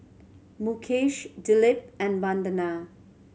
Mukesh Dilip and Vandana